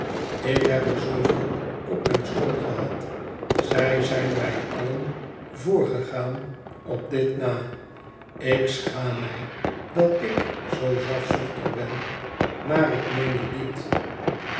ik heb er zooveel op mijn schoot gehad zij zijn mij allen voorgegaan op dit nal ik schaam mij dat ik zoo zelfzuchtig ben maar ik meen het niet